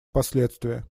последствия